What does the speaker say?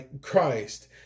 Christ